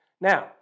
Now